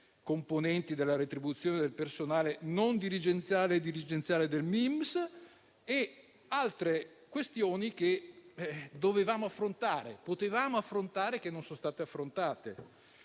componenti della retribuzione del personale non dirigenziale e dirigenziale del MIMS e altre questioni che dovevamo e potevamo affrontare, ma che non sono state trattate,